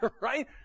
right